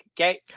Okay